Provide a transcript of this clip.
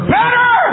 better